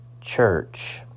church